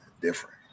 Different